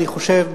אני חושב,